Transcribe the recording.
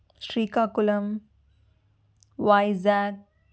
Srikakulam Vizag